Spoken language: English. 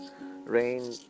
rain